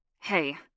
Hey